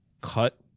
cut